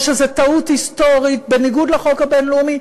שזו טעות היסטורית בניגוד לחוק הבין-לאומי.